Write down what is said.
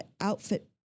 outfit